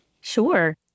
Sure